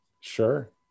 sure